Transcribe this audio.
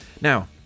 Now